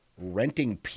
renting